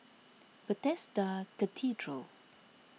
Bethesda Cathedral